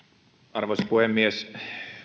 arvoisa puhemies